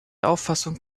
auffassung